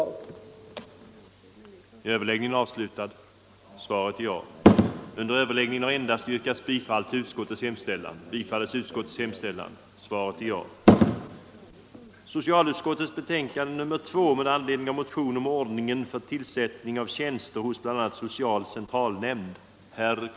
Överläggningen var härmed slutad.